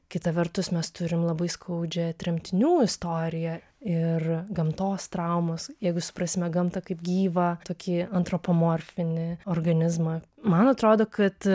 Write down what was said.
kita vertus mes turim labai skaudžią tremtinių istoriją ir gamtos traumos jeigu suprasime gamtą kaip gyvą tokį antropomorfinį organizmą man atrodo kad